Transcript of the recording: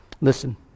Listen